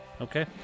Okay